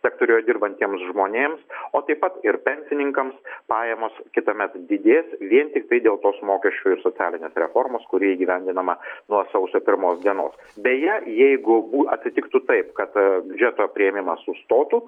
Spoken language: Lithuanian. sektoriuje dirbantiems žmonėms o taip pat ir pensininkams pajamos kitąmet didės vien tiktai dėl tos mokesčių ir socialinės reformos kuri įgyvendinama nuo sausio pirmos dienos beje jeigu bū atsitiktų taip kad biudžeto priėmimas sustotų